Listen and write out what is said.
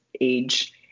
age